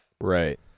Right